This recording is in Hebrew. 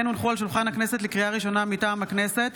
לקריאה ראשונה, מטעם הכנסת: